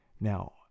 Now